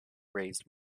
raised